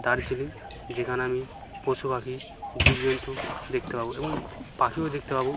দার্জিলিং যেখানে আমি পশু পাখি জীবজন্তু দেখতে পাবো এবং পাখিও দেখতে পাবো